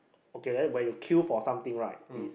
okay then when you queue for something right is